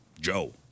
Joe